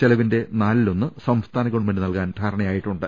ചിലവിന്റെ നാലിലൊന്ന് സംസ്ഥാന ഗവൺമെന്റ് നൽകാൻ ധാരണയായിട്ടുണ്ട്